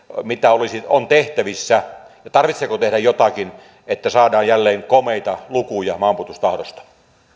mitä kenties on tehtävissä tarvitseeko tehdä jotakin että saadaan jälleen komeita lukuja maanpuolustustahdosta